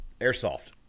airsoft